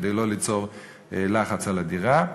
כדי לא ליצור לחץ על הדירה,